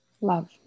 Love